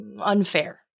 unfair